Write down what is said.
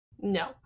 no